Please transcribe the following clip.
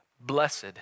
Blessed